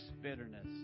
bitterness